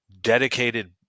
dedicated